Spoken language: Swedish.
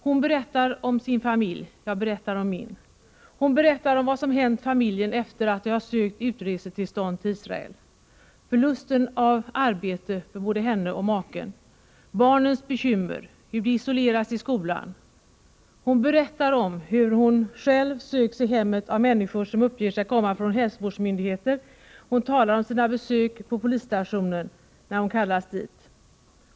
Hon berättar om sin familj, jag berättar om min. Hon berättar om vad som hänt familjen efter det att de sökt utresetillstånd till Israel — förlusten av arbete för både henne och maken, barnens bekymmer, hur de isoleras i skolan. Hon berättar om hur hon själv söks i hemmet av människor som uppger sig komma från hälsovårdsmyndigheter. Hon talar om sina besök på polisstationen när hon kallats dit.